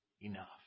enough